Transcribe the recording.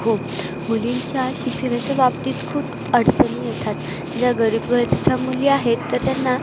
हो मुलींच्या शिक्षणाच्या बाबतीत खूप अडचणी येतात ज्या गरीब घर च्या मुली आहेत तर त्यांना